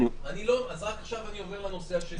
רק עכשיו אני עובר לנושא השני.